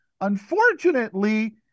Unfortunately